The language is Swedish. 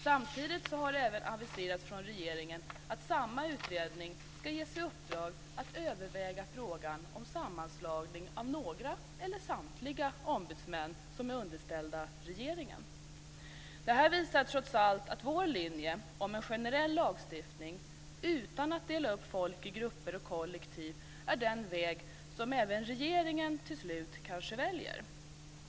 Samtidigt har det även aviserats från regeringen att samma utredning ska ges i uppdrag att överväga frågan om sammanslagning av några eller samtliga ombudsmän som är underställda regeringen. Detta visar trots allt att vår linje om en generell lagstiftning, utan att dela upp folk i grupper och kollektiv, är den väg som även regeringen till slut kanske väljer.